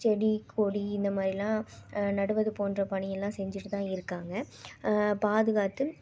செடி கொடி இந்த மாதிரிலாம் நடுவது போன்ற பணியெல்லாம் செஞ்சிகிட்டுதான் இருக்காங்க பாதுகாத்து